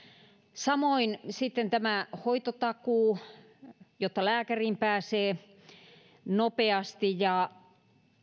samoin on sitten tämä hoitotakuu jotta lääkäriin pääsee nopeasti ja